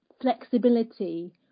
flexibility